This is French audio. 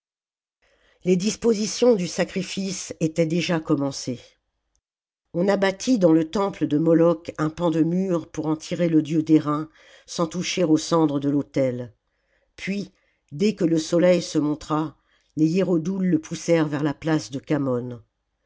les dispositions du sacrifice étaient déjà commencées on abattit dans le temple de moloch un pan de mur pour en tirer le dieu d'airain sans toucher aux cendres de l'autel puis dès que le soleil se montra les hiérodoules le poussèrent vers la place de khamon